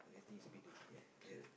do you think it's a bit ya